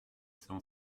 cent